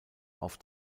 auf